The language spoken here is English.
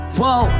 whoa